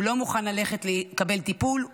הוא לא מוכן ללכת לקבל טיפול,